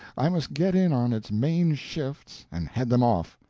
i must get in on its main shifts and head them off,